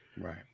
right